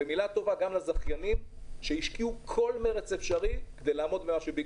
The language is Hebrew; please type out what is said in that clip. ומילה טובה גם לזכיינים שהשקיעו את מרצם כדי לעמוד בדרישות.